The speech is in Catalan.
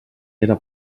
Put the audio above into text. era